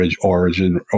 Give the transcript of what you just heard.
origin